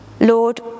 Lord